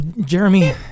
Jeremy